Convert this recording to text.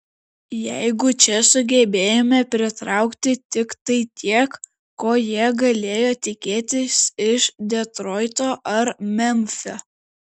jeigu čia sugebėjome pritraukti tiktai tiek ko jie galėjo tikėtis iš detroito ar memfio